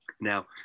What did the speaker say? Now